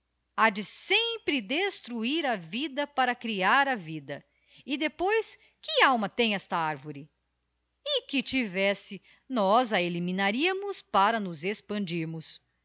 de sempre destruir a vida para crear a vida e depois que alma tem esta arvore e que tivesse nós a eliminaríamos para nos expandirmos